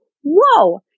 whoa